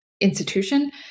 Institution